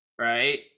right